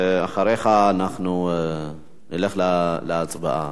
אחריך נלך להצבעה.